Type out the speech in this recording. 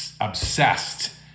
obsessed